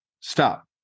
Stop